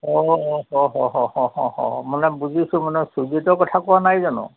অঁ হয় হয় হয় মানে বুজিছোঁ মানে সুজিতৰ কথা কোৱা নাই জানো